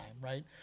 right